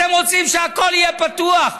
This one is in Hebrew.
אתם רוצים שהכול יהיה פתוח.